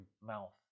mouth